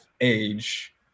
age